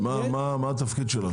מה התפקיד שלך?